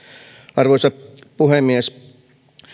arvoisa puhemies